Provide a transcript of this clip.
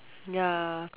ya correct